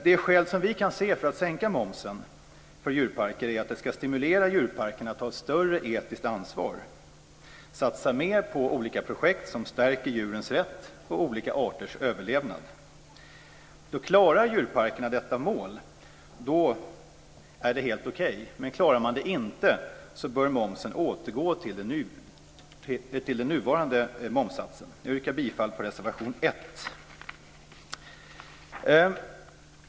Det skäl som vi kan se för att sänka momsen för djurparker är att det ska stimulera djurparkerna att ta ett större etiskt ansvar. De ska satsa mer på olika projekt som stärker djurens rätt och olika arters överlevnad. Om djurparkerna klarar detta mål är det helt okej, men klarar man det inte bör momsen återgå till den nuvarande momssatsen. Jag yrkar bifall till reservation 1.